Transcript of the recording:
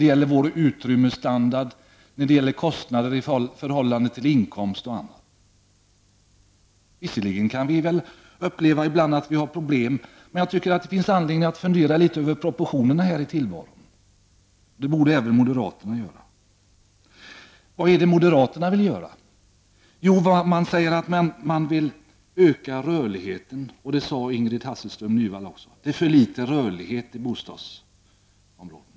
Det gäller vår utrymmesstandard, det gäller kostnader i förhållande till inkomst, m.m. Visserligen kan vi ibland uppleva att vi har problem, men jag tycker att det finns anledning att fundera litet över proportionerna här i tillvaron. Det borde även moderaterna göra. Vad är det moderaterna vill göra? Jo, de säger att de vill öka rörligheten. Och det sade Ingrid Hasselström Nyvall också. De säger att det är för litet rörlighet på bostadsområdet.